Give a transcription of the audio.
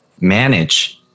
manage